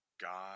God